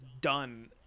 done